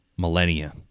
millennia